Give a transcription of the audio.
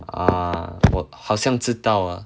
ah 我好像知道 ah